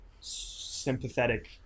sympathetic